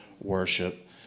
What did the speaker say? Worship